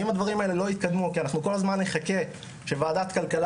אם הדברים האלה לא יתקדמו כי כל הזמן נחכה שוועדת כלכלה